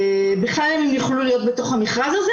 בכלל אם הם יוכלו להיות בתוך המכרז הזה.